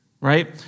right